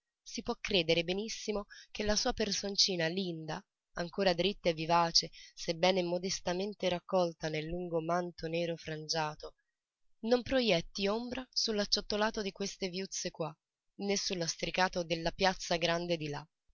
si può credere benissimo che la sua personcina linda ancora dritta e vivace sebbene modestamente raccolta nel lungo manto nero frangiato non projetti ombra su l'acciottolato di queste viuzze qua né sul lastricato della piazza grande di là